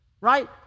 right